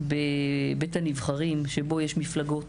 בבית הנבחרים, בו יש מפלגות